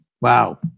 Wow